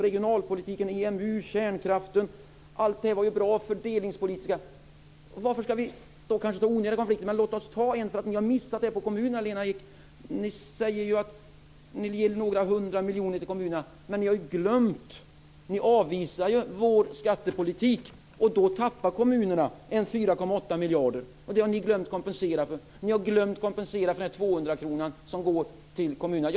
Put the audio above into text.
Regionalpolitiken, EMU och kärnkraften - allt det är bra. Sedan har vi det fördelningspolitiska. Däremot har ni, Lena Ek, missat när det gäller kommunerna. Ni säger att ni vill ge några hundra miljoner till kommunerna men ni avvisar vår skattepolitik. Men kommunerna tappar ju 4,8 miljarder. Det har ni glömt att kompensera för. Ni har glömt att kompensera för 200-kronan till kommunerna.